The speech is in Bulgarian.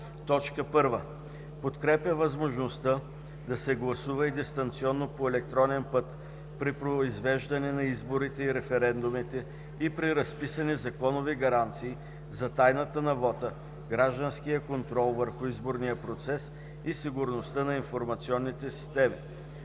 РЕШИ: 1. Подкрепя възможността да се гласува и дистанционно по електронен път при произвеждане на изборите и референдумите и при разписани законови гаранции за тайната на вота, гражданския контрол върху изборния процес и сигурността на информационните системи.